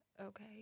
Okay